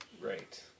Right